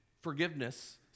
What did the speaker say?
forgiveness